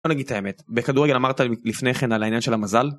בוא נגיד את האמת, בכדורגל אמרת לפני כן על העניין של המזל.